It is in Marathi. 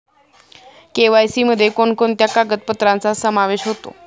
के.वाय.सी मध्ये कोणकोणत्या कागदपत्रांचा समावेश होतो?